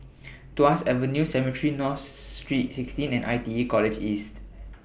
Tuas Avenue Cemetry North St sixteen and ITE College East